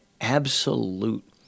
absolute